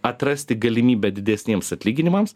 atrasti galimybę didesniems atlyginimams